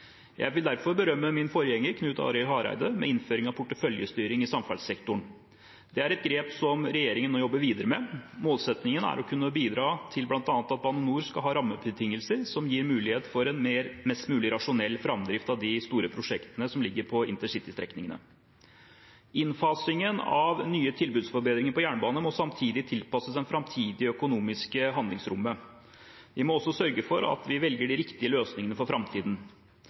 Jeg vil derfor berømme min forgjenger Knut Arild Hareide med innføring av porteføljestyring i samferdselssektoren. Det er et grep regjeringen nå jobber videre med. Målsettingen er å kunne bidra til bl.a. at Bane NOR skal ha rammebetingelser som gir mulighet for en mest mulig rasjonell framdrift av de store prosjektene som ligger på intercitystrekningene. Innfasingen av nye tilbudsforbedringer på jernbane må samtidig tilpasses det framtidige økonomiske handlingsrommet. Vi må også sørge for at vi velger de riktige løsningene for framtiden.